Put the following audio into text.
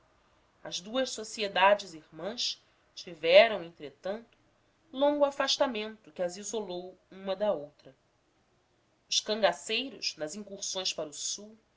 as duas sociedades irmãs tiveram entretanto longo afastamento que as isolou uma da outra os cangaceiros nas incursões para o sul